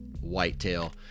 whitetail